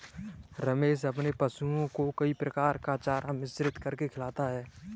रमेश अपने पशुओं को कई प्रकार का चारा मिश्रित करके खिलाता है